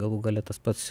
galų gale tas pats